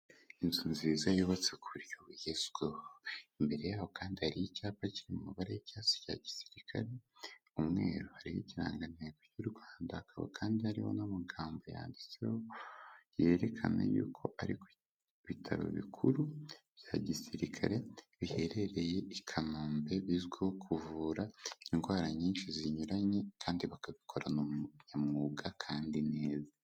Inzu nziza yubatse ku buryo bugezweho. Imbere yaho kandi hari icyapa kiri mu mabara y'icyatsi cya gisirikare, mu mweru hariho ikirangantego cy'u Rwanda hakaba kandi hariho n'amagambo yanditseho, yerekana yuko ari ku bitaro bikuru bya gisirikare biherereye i Kanombe bizwiho kuvura indwara nyinshi zinyuranye kandi bakabikorana ubunyamwuga kandi neza.